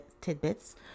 tidbits